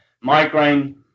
Migraine